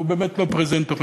והוא באמת לא פרזנטור.